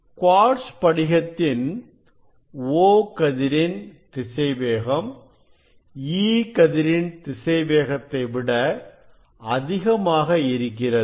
quartz படிகத்தின் O கதிரின் திசைவேகம் E கதிரின் திசைவேகத்தை விட அதிகமாக இருக்கிறது